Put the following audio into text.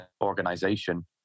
organization